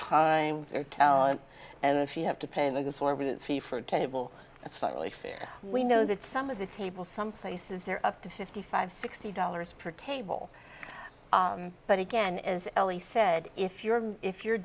their talent and if you have to pay an exorbitant fee for table that's not really fair we know that some of the table someplace is there up to fifty five sixty dollars per table but again as he said if you're if you're